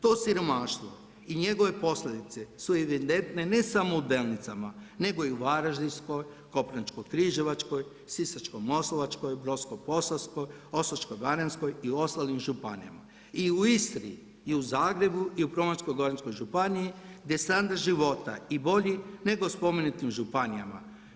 To siromaštvo i njegove posljedice su evidentne ne samo u Delnicama, nego i u Varaždinskoj, Koprivničko-križevačkoj, Sisačko-moslavačkoj, Brodsko-posavskoj, Osječko-baranjskoj i ostalim županijama i u Istri, i u Zagrebu i u Primorsko-goranskoj županiji gdje je standard života i bolji nego u spomenutim županijama.